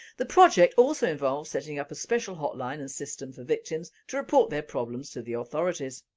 the project also involves setting up a special hotline and system for victims to report their problems to the authorities.